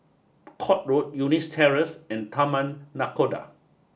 Court Road Eunos Terrace and Taman Nakhoda